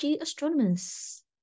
Astronomers